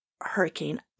hurricane